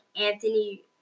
Anthony